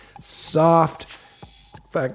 soft